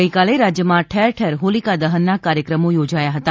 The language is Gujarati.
ગઇકાલે રાજ્યમાં ઠેર ઠેર હોલિકા દહનના કાર્યક્રમો યોજાયા હતા